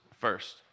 first